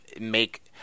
make